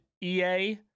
EA